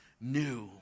new